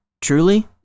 truly